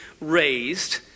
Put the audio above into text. raised